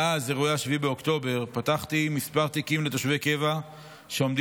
מאז אירועי 7 באוקטובר פתחתי כמה תיקים לתושבי קבע שעומדים